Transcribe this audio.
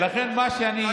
כמה זמן אתה רוצה?